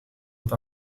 het